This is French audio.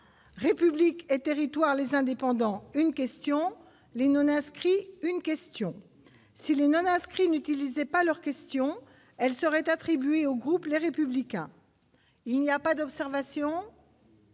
République et Territoires, les indépendants, une question : les non-inscrits, une question si les non-inscrits inutilisés pas leurs questions, elle serait attribuée au groupe les républicains, il n'y a pas d'observation.